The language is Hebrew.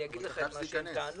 אני אגיד לכם את מה שהם טענו.